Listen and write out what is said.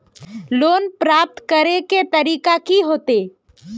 Loan प्राप्त करे के तरीका की होते?